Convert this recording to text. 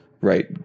right